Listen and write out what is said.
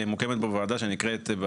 מורכבת בוועדה שנקראת,